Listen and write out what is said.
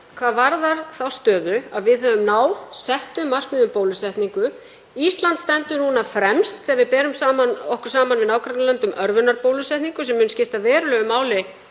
hvað varðar þá stöðu að við höfum náð settum markmiðum um bólusetningu. Ísland stendur nú fremst þegar við berum okkur saman við nágrannalöndin um örvunarbólusetningu sem mun skipta verulegu máli